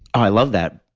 i love that.